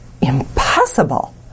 Impossible